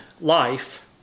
life